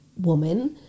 woman